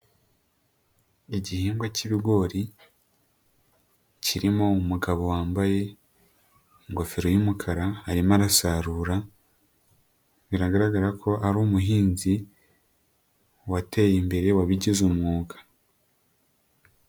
Igihingwa cyibigori, kirimo umugabo wambaye ingofero y'umukara, arimo arasarura, biragaragara ko ari umuhinzi wateye imbere, wabigize umwuga.